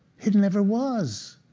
it never was.